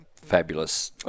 fabulous